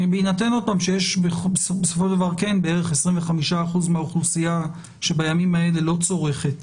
בהינתן שבערך 25% מהאוכלוסייה שבימים האלה לא צורכת